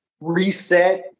reset